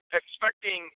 expecting